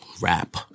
rap